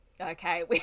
okay